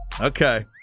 Okay